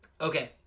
Okay